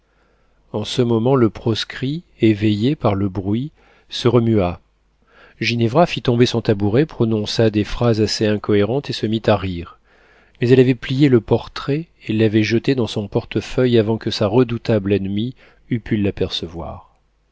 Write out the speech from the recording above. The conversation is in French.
en ce moment le proscrit éveillé par le bruit se remua ginevra fit tomber son tabouret prononça des phrases assez incohérentes et se mit à rire mais elle avait plié le portrait et l'avait jeté dans son portefeuille avant que sa redoutable ennemie eût pu l'apercevoir